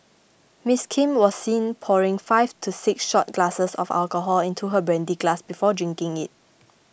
Ms Kim was seen pouring five to six shot glasses of alcohol into her brandy glass before drinking it